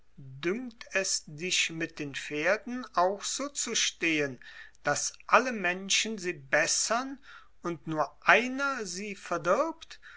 dünkt es dich mit den pferden auch so zu stehen daß alle menschen sie bessern und nur einer sie verdirbt